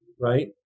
Right